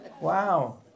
Wow